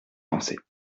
pensées